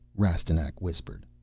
rastignac whispered.